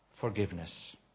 Forgiveness